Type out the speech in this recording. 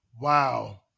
wow